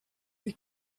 die